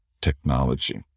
technology